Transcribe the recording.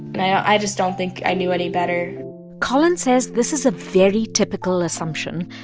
and i i just don't think i knew any better collins says this is a very typical assumption,